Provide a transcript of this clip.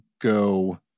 go